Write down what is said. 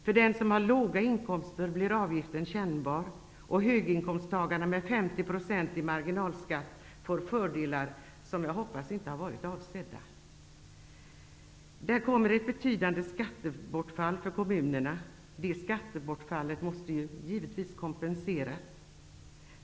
För den som har låga inkomster blir avgiften kännbar, och höginkomsttagarna med 50 % marginalskatt får fördelar som jag hoppas inte varit avsedda. Det blir ett betydande skattebortfall för kommunerna, och detta måste givetvis kompenseras.